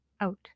out